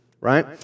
right